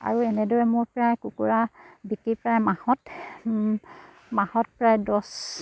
আৰু এনেদৰে মোৰ প্ৰায় কুকুৰা বিক্ৰী প্ৰায় মাহত মাহত প্ৰায় দহ